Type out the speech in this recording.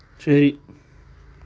ശരി